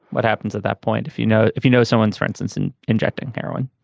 what happens at that point if you know if you know someone for instance and injecting heroin